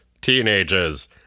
Teenagers